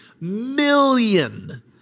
million